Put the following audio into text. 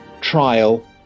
trial